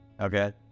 Okay